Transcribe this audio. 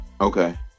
Okay